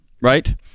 right